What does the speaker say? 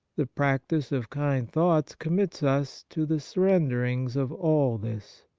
the practice of kind thoughts com mits us to the surrendering of all this.